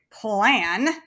plan